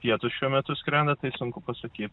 pietus šiuo metu skrenda tai sunku pasakyt